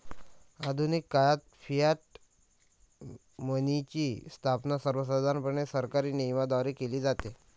आधुनिक काळात फियाट मनीची स्थापना सर्वसाधारणपणे सरकारी नियमनाद्वारे केली जाते